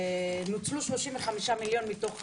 שנוצלו 35 מיליון מתוך 50,